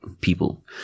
people